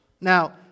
Now